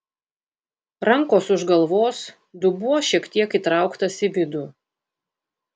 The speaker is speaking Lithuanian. rankos už galvos dubuo šiek tiek įtrauktas į vidų